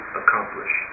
accomplish